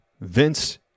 Vince